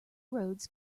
roads